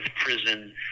prison